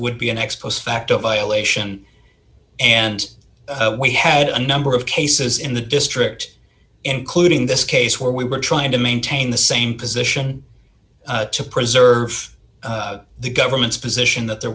would be an ex post facto violation and we had a number of cases in the district including this case where we were trying to maintain the same position to preserve the government's position that there